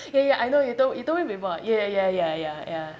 ya ya I know you told you told me before ya ya ya ya ya